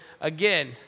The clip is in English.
again